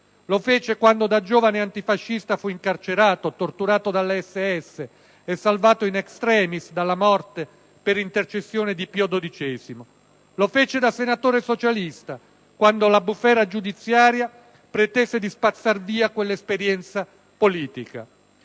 lo fece quando da giovane antifascista fu incarcerato, torturato dalle SS e salvato *in extremis* dalla morte per intercessione di Pio XII. Non lo fece da senatore socialista, quando la bufera giudiziaria pretese di spazzare via quella esperienza politica.